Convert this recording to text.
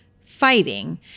fighting